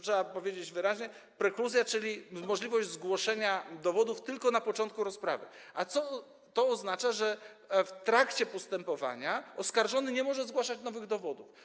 Trzeba powiedzieć wyraźnie: zastosowanie prekluzji, czyli możliwości zgłoszenia dowodów tylko na początku rozprawy, oznacza, że w trakcie postępowania oskarżony nie może zgłaszać nowych dowodów.